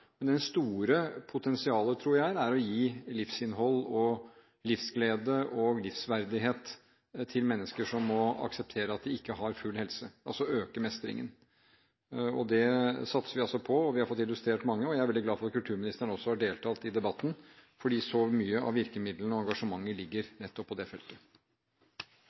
men det store potensialet, tror jeg, er å gi livsinnhold og livsglede og livsverdighet til mennesker som må akseptere at de ikke har full helse, og så øke mestringen. Dette satser vi også på, og vi har fått illustrert mange eksempler, og jeg er veldig glad for at kulturministeren også har deltatt i debatten, fordi så mye av virkemidlene og engasjementet ligger nettopp på det feltet.